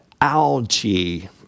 algae